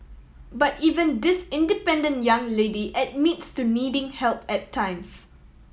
but even this independent young lady admits to needing help at times